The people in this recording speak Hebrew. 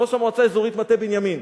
ראש המועצה האזורית מטה בנימין,